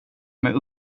med